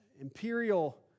imperial